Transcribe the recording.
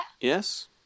Yes